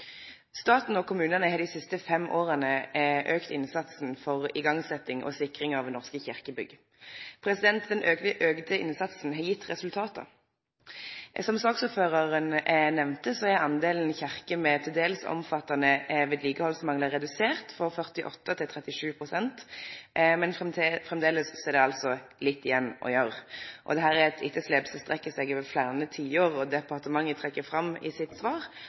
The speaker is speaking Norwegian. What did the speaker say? Staten og kommunane har i dei siste fem åra auka innsatsen for istandsetjing og sikring av norske kyrkjebygg. Den auka innsatsen har gjeve resultat. Som saksordføraren nemnde, er delen av kyrkjer med til dels omfattande vedlikehaldsmanglar redusert frå 48 pst. til 37 pst., men framleis er det litt igjen å gjere. Det er eit etterslep som strekkjer seg over fleire tiår, og departementet trekkjer i sitt svar